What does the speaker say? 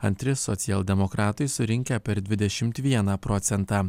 antri socialdemokratai surinkę per dvidešimt vieną procentą